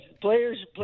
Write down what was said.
Players